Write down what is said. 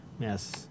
Yes